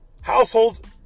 household